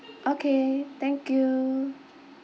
okay thank you